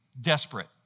desperate